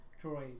Troy